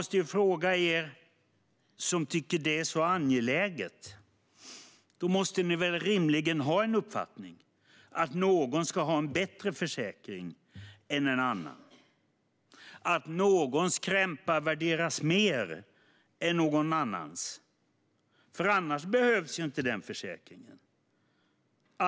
Ni som tycker att detta är så angeläget måste väl rimligen ha en uppfattning om att någon ska ha en bättre försäkring än någon annan och att någons krämpa värderas högre än någon annans. Annars behövs ju inte den försäkringen.